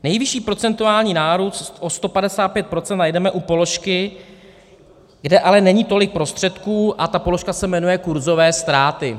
Nejvyšší procentuální nárůst, o 155 procent, najdeme u položky, kde ale není tolik prostředků, a ta položka se jmenuje kurzové ztráty.